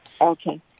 Okay